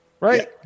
right